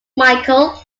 michael